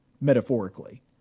metaphorically